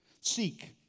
Seek